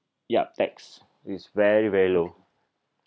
yup tax is very very low